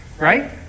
right